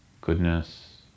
goodness